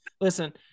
Listen